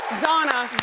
donna.